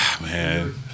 Man